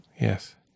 Yes